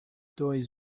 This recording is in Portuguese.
dois